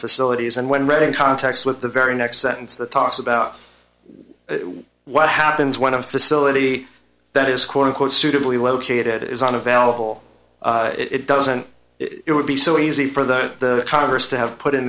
facilities and when reading context with the very next sentence that talks about what happens when a facility that is quote unquote suitably located is unavailable it doesn't it would be so easy for the congress to have put in